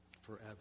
forever